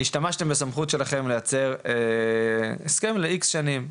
השתמשתם בסמכות שלכם על מנת ליצר הסכם לאיקס שנים,